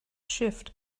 shift